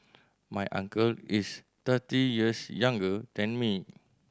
my uncle is thirty years younger than me